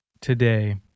today